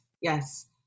Yes